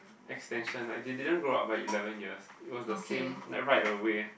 extension like they didn't grow up by eleven years it was the same like right away